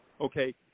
Okay